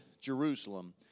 Jerusalem